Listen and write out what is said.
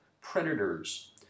predators